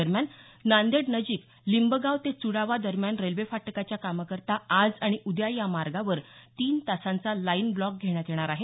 दरम्यान नांदेड नजिक लिंबगाव ते च्डावा दरम्यान रेल्वे फाटकाच्या कामाकरता आज आणि उद्या या मार्गावर तीन तासाचा लाईन ब्लॉक घेण्यात येणार आहे